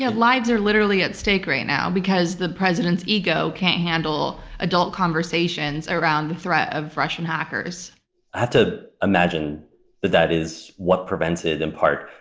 lives are literally at stake right now because the president's ego can't handle adult conversations around the threat of russian hackers. i have to imagine that that is what prevented, in part,